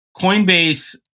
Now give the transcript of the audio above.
coinbase